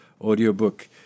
audiobook